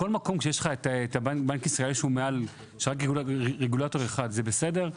כשיש לך את בנק ישראל שיש לו רגולטור אחד שם זה בסדר?